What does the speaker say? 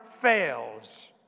fails